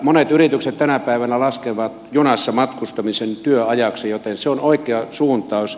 monet yritykset tänä päivänä laskevat junassa matkustamisen työajaksi joten se on oikea suuntaus